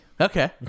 Okay